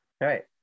Right